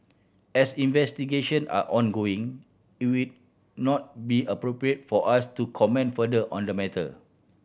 as investigation are ongoing it will not be appropriate for us to comment further on the matter